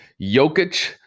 Jokic